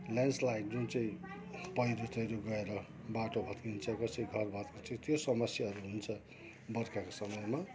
landslide जुन चाहिँ पैह्रो सैह्रो गएर बाटो भत्किन्छ कसैको घर भत्किन्छ त्यो समस्याहरू हुन्छ बर्खाको समयमा